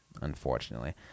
unfortunately